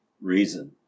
reason